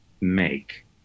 make